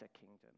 kingdom